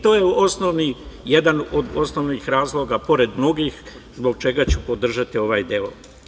To je jedan od osnovnih razloga pored mnogih, zbog čega ću podržati ovaj deo.